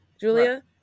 Julia